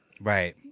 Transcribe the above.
Right